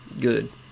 good